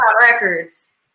records